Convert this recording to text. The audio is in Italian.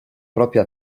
propria